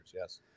Yes